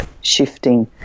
shifting